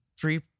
three